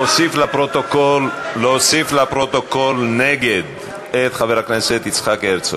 להוסיף לפרוטוקול, נגד, את חבר הכנסת יצחק הרצוג.